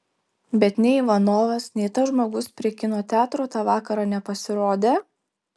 bet nei ivanovas nei tas žmogus prie kino teatro tą vakarą nepasirodė